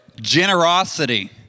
Generosity